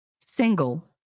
single